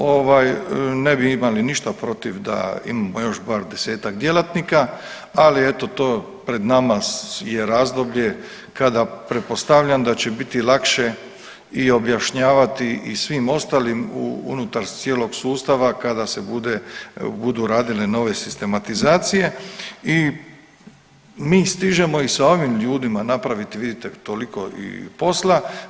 Ovaj, ne bi imali ništa protiv da imamo još bar desetak djelatnika, ali eto to pred nama je razdoblje kada pretpostavljam da će biti lakše i objašnjavati i svim ostalim unutar cijelog sustava kada se budu radile nove sistematizacije i mi stižemo i sa ovim ljudima napraviti, vidite, toliko i posla.